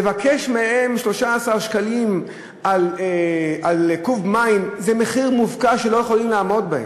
לבקש מהם 13 שקלים על קוב מים זה מחיר מופקע שהם לא יכולים לעמוד בו.